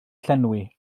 llenwi